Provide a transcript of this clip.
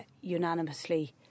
unanimously